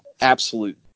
absolute